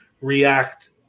React